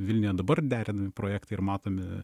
vilniuje dabar derinami projektai ir matomi